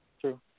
True